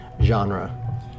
genre